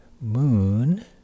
moon